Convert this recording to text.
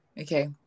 okay